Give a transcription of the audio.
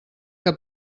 que